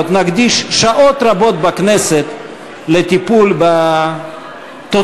עוד נקדיש שעות רבות בכנסת לטיפול בתוצאות